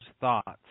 thoughts